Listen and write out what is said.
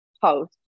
post